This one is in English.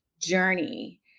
journey